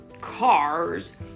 cars